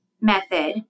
method